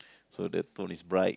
so the tone is bright